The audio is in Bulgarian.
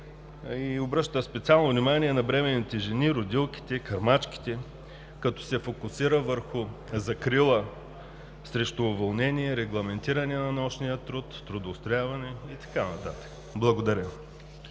и обръща специално внимание на бременните жени, родилките, кърмачките, като се фокусира върху закрила срещу уволнение, регламентиране на нощния труд, трудоустрояване и така нататък. Благодаря.